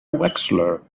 wexler